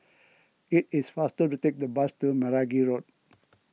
it is faster to take the bus to Meragi Road